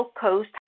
Coast